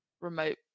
remote